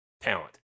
talent